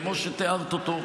כמו שתיארת אותו,